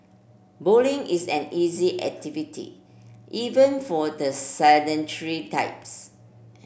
bowling is an easy activity even for the sedentary types